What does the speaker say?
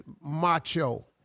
macho